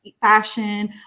fashion